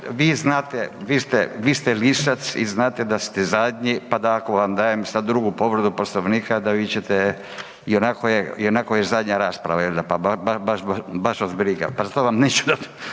vi ste, vi ste lisac i znate da ste zadnji, pa da ako vam dajem sad drugu povredu Poslovnika, da vi ćete, ionako je, ionako je zadnja rasprava jel da, pa baš vas briga, pa stoga vam neću dat